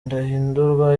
ndahindurwa